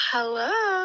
Hello